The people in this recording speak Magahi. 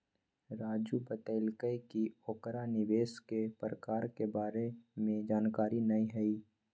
राजू बतलकई कि ओकरा निवेश के प्रकार के बारे में जानकारी न हई